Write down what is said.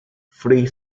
free